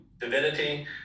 divinity